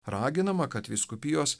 raginama kad vyskupijos